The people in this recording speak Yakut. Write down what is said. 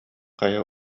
хайа